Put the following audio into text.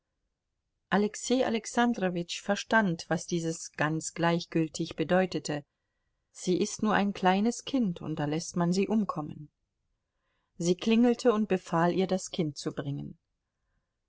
alexei alexandrowitsch verstand was dieses ganz gleichgültig bedeutete sie ist nur ein kleines kind und da läßt man sie umkommen sie klingelte und befahl ihr das kind zu bringen